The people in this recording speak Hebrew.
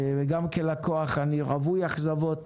גם כלקוח אני רווי אכזבות,